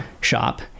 shop